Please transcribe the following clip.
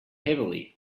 heavily